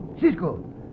Cisco